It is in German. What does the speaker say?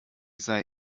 sei